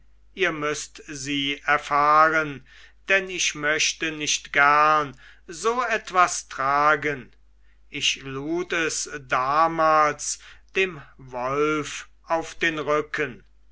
ihr müßt sie erfahren denn ich möchte nicht gern so etwas tragen ich lud es damals dem wolf auf den rücken